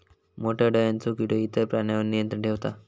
मोठ्या डोळ्यांचो किडो इतर प्राण्यांवर नियंत्रण ठेवता